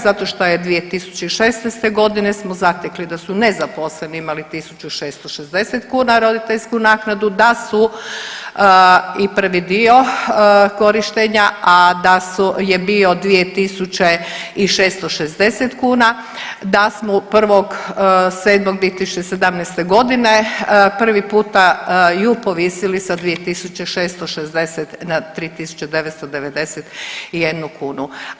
Zato što je 2016. godine smo zatekli da su nezaposleni imali 1.660 kuna roditeljsku naknadu, da su i prvi dio korištenja, a da su je bio 2.660 kuna, da smo 1.7.2017. godine prvi puta ju povisili sa 2.660 na 3.991 kunu.